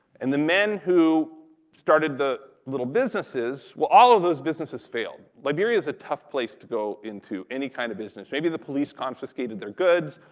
and the men who started the little businesses, well, all of those businesses failed. liberia's a tough place to go into any kind of business. maybe the police confiscated their goods.